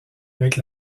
avec